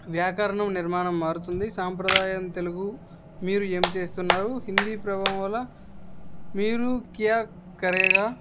వ్యాకరణం నిర్మాణం మారుతుంది సాంప్రదాయం తెలుగు మీరు ఏమి చేేస్తున్నారు హిందీ ప్రభావం వల్ల మీరు క్యా కరేగా